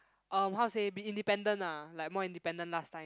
um how to say be independent lah like more independent last time